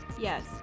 Yes